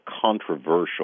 controversial